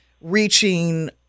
reaching